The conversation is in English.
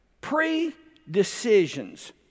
Pre-decisions